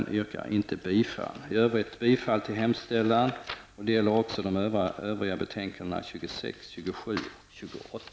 I övrigt yrkar jag bifall till utskottets hemställan. Detta gäller även de övriga betänkandena nr 26, 27 och